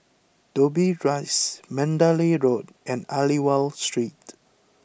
Dobbie Rise Mandalay Road and Aliwal Street